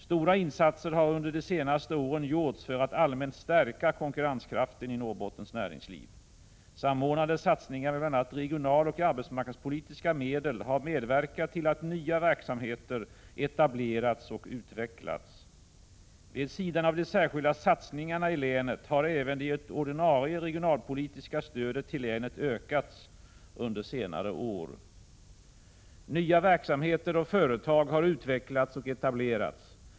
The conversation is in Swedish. Stora insatser har under de senaste åren gjorts för att allmänt stärka konkurrenskraften i Norrbottens näringsliv. Samordnande satsningar med bl.a. regionaloch arbetsmarknadspolitiska medel har medverkat till att nya verksamheter etablerats och utvecklats. Vid sidan av de särskilda satsningarna i länet har även det ordinarie regionalpolitiska stödet till länet ökat under senare år. Nya verksamheter och företag har utvecklats och etablerats.